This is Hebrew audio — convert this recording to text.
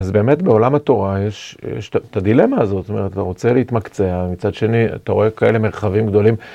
אז באמת בעולם התורה יש את הדילמה הזאת, זאת אומרת, אתה רוצה להתמקצע, מצד שני אתה רואה כאלה מרחבים גדולים